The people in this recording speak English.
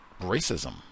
racism